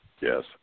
Yes